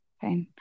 fine